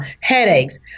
headaches